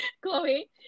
Chloe